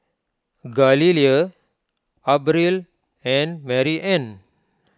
Galilea Abril and Maryann